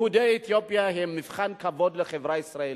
יהודי אתיופיה הם מבחן כבוד לחברה הישראלית.